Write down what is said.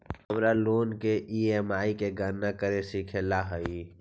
हमारा लोन की ई.एम.आई की गणना करे सीखे ला हई